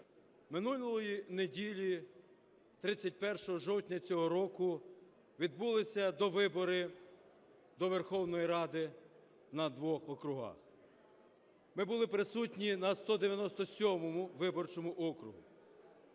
минулої неділі, 31 жовтня цього року, відбулися довибори до Верховної Ради на двох округах, ми були присутні на 197 виборчому окрузі.